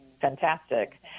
fantastic